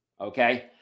Okay